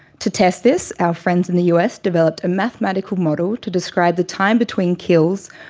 to test this, our friends in the us developed a mathematical model to describe the time between kills,